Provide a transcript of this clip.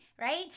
right